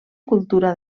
cultura